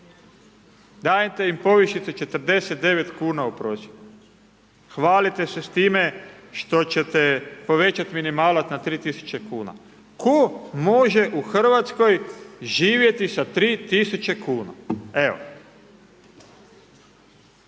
Dajete im povišice 49 kuna u prosjeku. Hvalite se s time što ćete povećati minimalac na 3 tisuće kuna. Tko može u Hrvatskoj živjeti sa tri tisuće kuna. Evo.